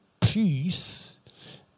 peace